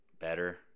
better